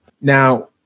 Now